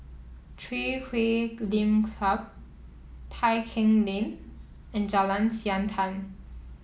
Chui Huay Lim Club Tai Keng Lane and Jalan Siantan